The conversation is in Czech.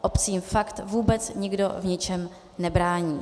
Obcím fakt vůbec nikdo v ničem nebrání.